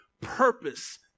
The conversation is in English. purpose